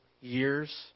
years